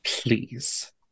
please